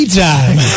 time